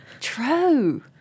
True